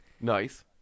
Nice